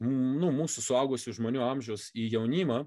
nu mūsų suaugusių žmonių amžiaus į jaunimą